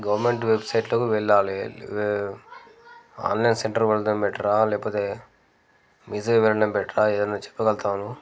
government వెబ్సైట్లోకి వెళ్ళాలి online centre వెళ్ళడం బెటరా లేకపోతే మీసేవకు వెళ్ళడం బెటరా ఏదన్నా చెప్పగలుగుతావా నువ్వు